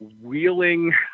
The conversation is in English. wheeling